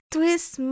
Twist